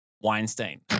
Weinstein